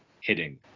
hitting